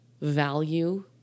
value